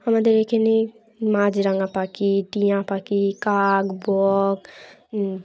আমাদের এখানে মাছরাঙা পাখি টিয়া পাখি কাক বক